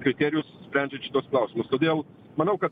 kriterijus sprendžiant šituos klausimus todėl manau kad